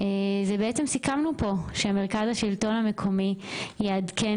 בעצם סיכמנו פה שמרכז השלטון המקומי יעדכן